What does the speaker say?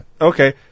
okay